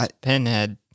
Pinhead